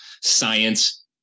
science